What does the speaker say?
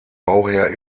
bauherr